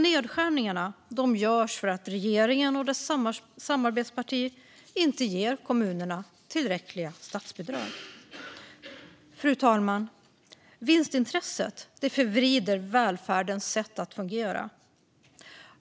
Nedskärningar görs för att regeringen och dess samarbetsparti inte ger kommunerna tillräckliga statsbidrag. Fru talman! Vinstintresset förvrider välfärdens sätt att fungera.